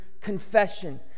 confession